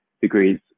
degrees